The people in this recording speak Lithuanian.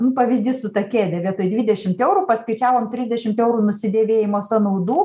nu pavyzdys su ta kėde vietoj dvidešimt eurų paskaičiavo trisdešimt eurų nusidėvėjimo sąnaudų